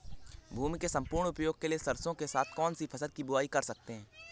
भूमि के सम्पूर्ण उपयोग के लिए सरसो के साथ कौन सी फसल की बुआई कर सकते हैं?